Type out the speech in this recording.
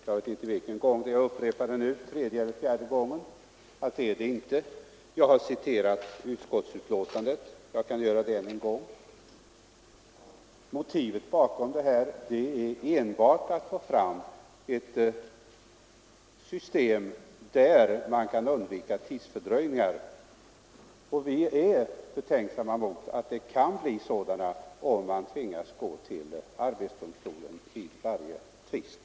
Jag vet inte vilken gång i ordningen — tredje eller fjärde — jag måste upprepa att det inte är så. Jag har citerat ur utskottsbetänkandet, och jag kan göra det ännu en gång. Motivet bakom förslaget är enbart att få fram ett system varigenom man kan undvika tidsfördröjningar. Vi är betänksamma och tror att det kan uppstå sådana, om man tvingas att gå till arbetsdomstolen i varje tvist.